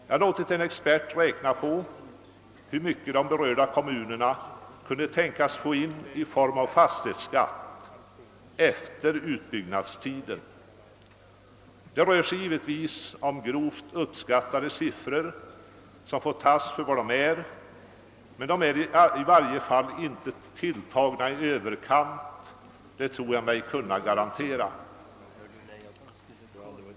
Jag har låtit en expert göra beräkningar över hur mycket de berörda kommunerna kunde tänkas få in i fastighetsskatt efter utbyggnadstiden. Det rör sig givetvis om grovt uppskattade siffror, som får tas för vad de är, men jag tror mig i varje fall kunna garantera att de inte är tilltagna i överkant.